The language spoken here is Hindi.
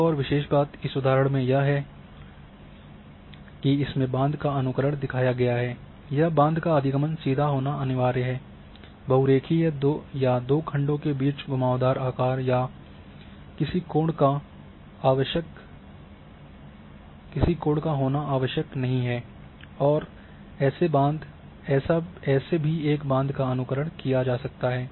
एक और इस विशेष बात इस उदाहरण में यह है कि इसमें बाँध का अनुकरण दिखाया गया है यह बाँध का अधिगमन सीधा होना अनिवार्य है बहुरेखीय या दो खंडों के बीच घुमावदार आकार या किसी कोण का होना आवश्यक नहीं है और ऐसे भी एक बाँध का अनुकरण किया जा सकता है